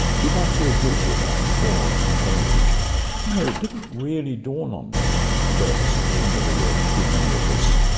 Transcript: did i feel guilty about the four in cambridge? no, it didn't really dawn on me that you know there were too many of us.